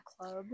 club